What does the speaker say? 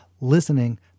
Listening